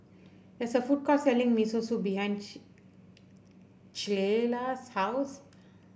there is a food court selling Miso Soup behind Clella's house